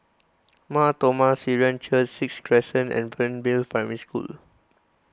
Mar Thoma Syrian Church Sixth Crescent and Fernvale Primary School